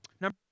Number